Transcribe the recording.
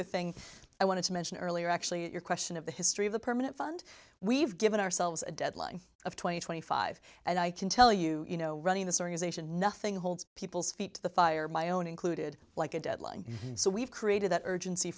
the things i wanted to mention earlier actually your question of the history of the permanent fund we've given ourselves a deadline of twenty twenty five and i can tell you you know running this organization nothing holds people's feet to the fire my own included like a deadline so we've created that urgency